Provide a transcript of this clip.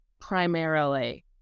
primarily